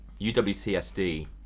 UWTSD